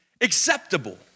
Acceptable